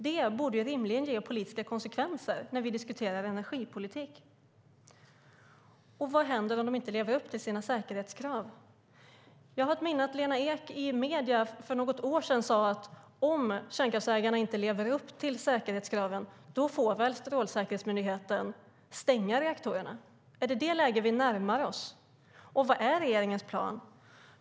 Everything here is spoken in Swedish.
Det borde ju rimligen ge politiska konsekvenser när vi diskuterar energipolitik. Och vad händer om kärnkraftsägarna inte lever upp till säkerhetskraven? Jag har ett minne av att Lena Ek i medierna för något år sedan sade: Om kärnkraftsägarna inte lever upp till säkerhetskraven, då får väl Strålsäkerhetsmyndigheten stänga reaktorerna. Är det ett sådant läge som vi närmar oss? Och vad är regeringens plan?